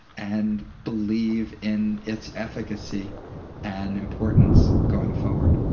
and believe in its efficacy and importance going forward.